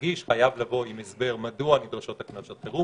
להגיש חייב לבוא עם הסבר מדוע נדרשות התקנות לשעת חירום,